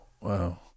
Wow